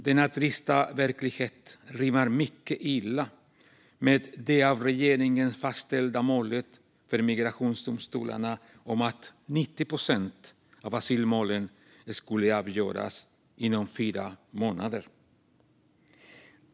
Denna trista verklighet rimmar mycket illa med det av regeringen fastställda målet för migrationsdomstolarna om att 90 procent av asylmålen ska avgöras inom fyra månader.